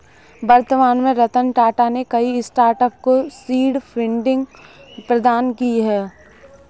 वर्तमान में रतन टाटा ने कई स्टार्टअप को सीड फंडिंग प्रदान की है